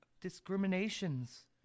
discriminations